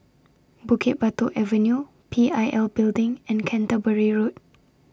Bukit Batok Avenue P I L Building and Canterbury Road